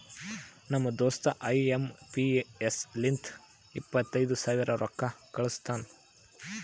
ನಮ್ ದೋಸ್ತ I M P S ಲಿಂತ ಇಪ್ಪತೈದು ಸಾವಿರ ರೊಕ್ಕಾ ಕಳುಸ್ತಾನ್